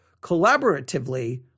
collaboratively